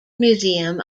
museum